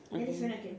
okay